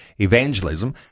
evangelism